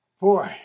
boy